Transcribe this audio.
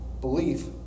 belief